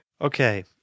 okay